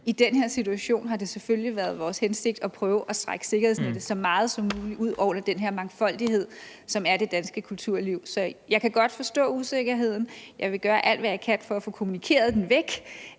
I den her situation har det selvfølgelig været vores hensigt at prøve at strække sikkerhedsnettet så meget som muligt ud under den her mangfoldighed, som er det danske kulturliv. Så jeg kan godt forstå usikkerheden. Jeg vil gøre alt, hvad jeg kan, for at få kommunikeret den væk,